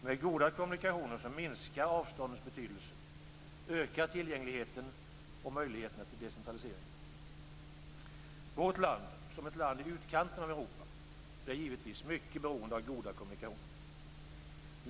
Men goda kommunikationer minskar avståndets betydelse, ökar tillgängligheten och möjligheterna till decentralisering. Vårt land, som är ett land i utkanten av Europa, är givetvis mycket beroende av goda kommunikationer.